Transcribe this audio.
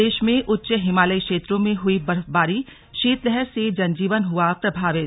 प्रदेश में उच्च हिमालयी क्षेत्रों में हुई बर्फबारीशीतलहर से जनजीवन हुआ प्रभावित